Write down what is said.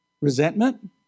Resentment